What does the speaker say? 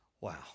Wow